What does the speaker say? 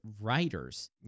writers